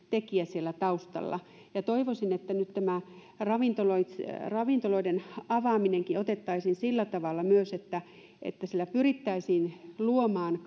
tekijä siellä taustalla toivoisin että nyt tämä ravintoloiden avaaminenkin otettaisiin sillä tavalla myös että sillä pyrittäisiin luomaan